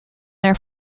their